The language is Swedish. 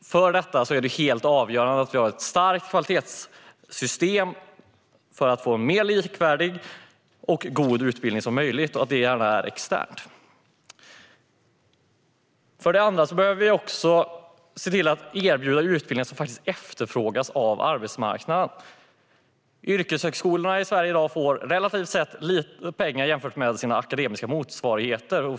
För detta är det helt avgörande att vi har ett starkt kvalitetssystem, gärna externt, för att i så stor utsträckning som möjligt få en mer likvärdig och god utbildning. För det andra behöver vi också se till att erbjuda utbildningar som faktiskt efterfrågas av arbetsmarknaden. Yrkeshögskolorna i Sverige får i dag relativt sett lite pengar jämfört med sina akademiska motsvarigheter.